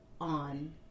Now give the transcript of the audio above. on